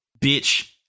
Bitch